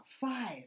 five